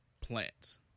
Plants